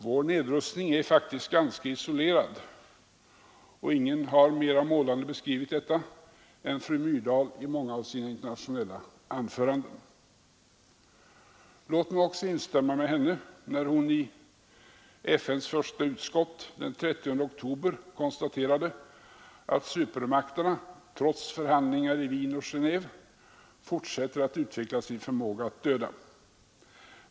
Vår nedrustning är faktiskt ganska isolerad, och ingen har mera målande beskrivit detta än fru Myrdal i många av sina internationella anföranden. Låt mig också få instämma med henne när hon i FN:s första utskott den 30 oktober konstaterade att supermakterna trots förhandlingar i Wien och Genéve fortsätter att utveckla sin förmåga att döda.